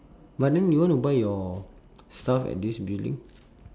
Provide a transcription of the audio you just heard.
but then you want to buy your stuff at this building